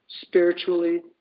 spiritually